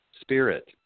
spirit